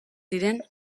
ziren